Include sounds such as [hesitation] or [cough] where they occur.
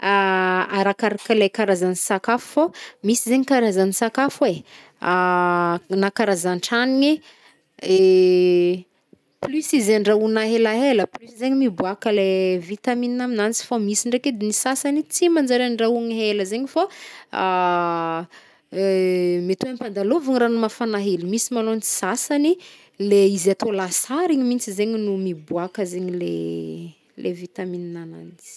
[hesitation] Arakaraka leh karazan sakafo fô, misy zegny karazany sakafo e, [hesitation] na karazan-tranogny, [hesitation] plus izy andrahoagna helahela, plus zegny miboaka leh- vitamine aminanjy, fô misy ndraiky edy ny sasany tsy manjary andrahogny ela zegny fô, [hesitation] [hesitation] met oe ampandalovina rano mafagna hely. Misy môlôgny sasany, leh izy atô lasary igny mitsy zegny no miboaka zegny le- le vitamine agnanjy.